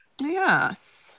Yes